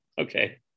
Okay